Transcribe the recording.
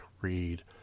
Read